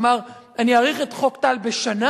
הוא אמר: אני אאריך את חוק טל בשנה